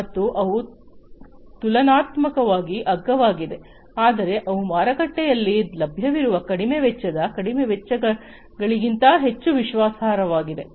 ಮತ್ತು ಅವು ತುಲನಾತ್ಮಕವಾಗಿ ಅಗ್ಗವಾಗಿವೆ ಆದರೆ ಅವು ಮಾರುಕಟ್ಟೆಯಲ್ಲಿ ಲಭ್ಯವಿರುವ ಕಡಿಮೆ ವೆಚ್ಚದ ಕಡಿಮೆ ವೆಚ್ಚದವುಗಳಿಗಿಂತ ಹೆಚ್ಚು ವಿಶ್ವಾಸಾರ್ಹವಾಗಿವೆ